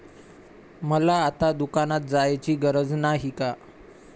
मला आता दुकानात जायची गरज नाही का?